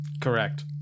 Correct